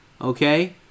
Okay